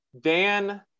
dan